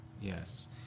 yes